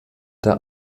der